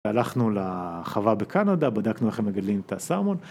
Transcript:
הלכנו לחווה בקנדה, בדקנו איך מגלים את הסלמון,